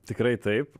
tikrai taip